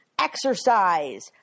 Exercise